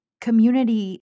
community